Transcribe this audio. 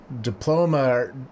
diploma